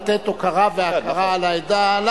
הוקרה והכרה לעדה.